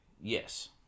Yes